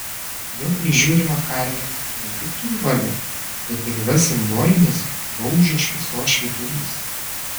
jo prižiūrima karvė ne tik turi vardą bet ir yra simbolinis baužio šviesos švyturys